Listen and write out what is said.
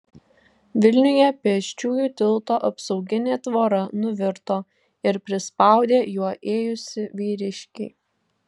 vilniuje pėsčiųjų tilto apsauginė tvora nuvirto ir prispaudė juo ėjusį vyriškį